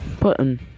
button